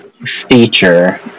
feature